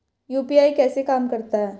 UPI कैसे काम करता है?